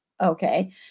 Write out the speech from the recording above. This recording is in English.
okay